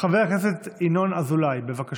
חבר הכנסת ינון אזולאי, בבקשה.